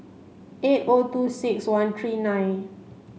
eight O two six one three nine